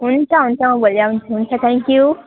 हुन्छ हुन्छ म भोलि आउँछु हुन्छ थ्याङ्क यु